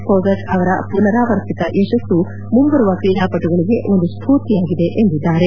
ಫೋಗಚ್ ಅವರ ಪನರಾರ್ವತಿತ ಯಶಸ್ಸು ಮುಂಬರುವ ತ್ರೀಡಾಪಟುಗಳಿಗೆ ಒಂದು ಸ್ಫೂರ್ತಿಯಾಗಿದೆ ಎಂದಿದ್ದಾರೆ